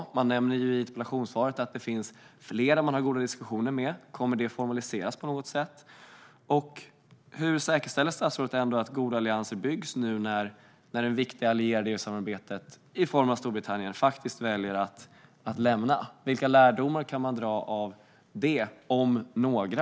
I interpellationssvaret nämns att man har goda diskussioner med flera länder - kommer detta att formaliseras på något sätt? Hur säkerställer statsrådet att goda allianser byggs nu när en viktig allierad i EU-samarbetet, i form av Storbritannien, väljer att lämna EU? Vilka lärdomar - om några - kan man dra av detta?